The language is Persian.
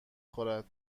خورد